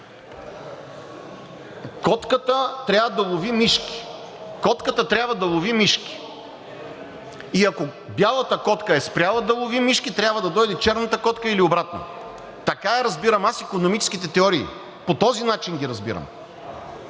Котката трябва да лови мишки! Котката трябва да лови мишки и ако бялата котка е спряла да лови мишки, трябва да дойде черната котка или обратно. Така разбирам аз икономическите теории, по този начин ги разбирам.